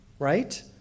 Right